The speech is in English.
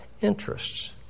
interests